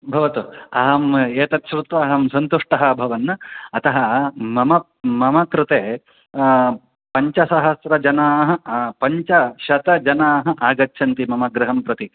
भवतु अहम् एतत् श्रुत्वा अहं सन्तुष्टः अभवन् अतः मम मम कृते पञ्चसहस्रजनाः पञ्चशतजनाः आगच्छन्ति मम गृहं प्रति